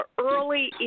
early